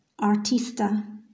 Artista